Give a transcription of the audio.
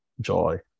Joy